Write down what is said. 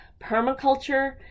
permaculture